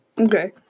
Okay